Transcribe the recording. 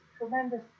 tremendous